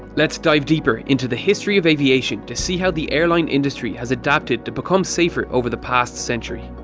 let's dive deeper into the history of aviation to see how the airline industry has adapted to become safer over the past century.